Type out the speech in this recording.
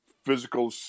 physical